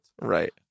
Right